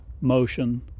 motion